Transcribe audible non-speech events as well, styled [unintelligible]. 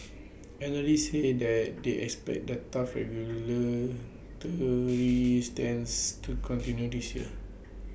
analysts say that they expect that tough [unintelligible] [noise] stance to continue this year